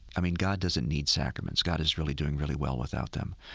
i mean god doesn't need sacraments. god is really doing really well without them.